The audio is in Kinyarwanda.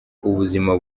ubuzima